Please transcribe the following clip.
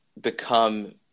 become